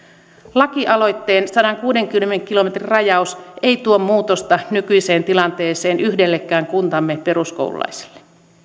lakialoitteen sadankuudenkymmenen kilometrin rajaus ei tuo muutosta nykyiseen tilanteeseen yhdellekään kuntamme peruskoululaiselle